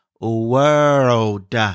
world